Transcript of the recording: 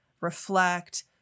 reflect